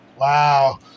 Wow